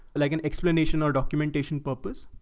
like an explanation or documentation purpose.